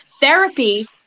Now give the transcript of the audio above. Therapy